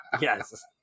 Yes